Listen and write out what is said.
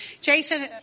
Jason